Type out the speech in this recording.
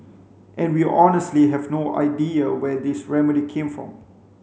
and we honestly have no idea where this remedy came for